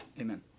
Amen